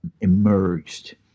emerged